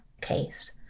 case